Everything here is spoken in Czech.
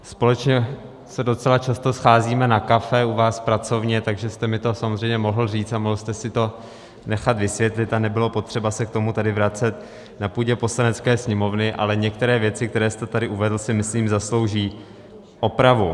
Společně se docela často scházíme na kafe u vás v pracovně, takže jste mi to samozřejmě mohl říct a mohl jste si to nechat vysvětlit a nebylo potřeba se k tomu tady vracet na půdě Poslanecké sněmovny, ale některé věci, které jste tady uvedl, si myslím zaslouží opravu.